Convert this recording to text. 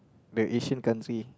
the Asian country